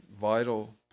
vital